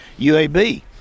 uab